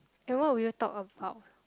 then what would you talk about